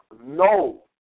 no